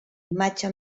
imatge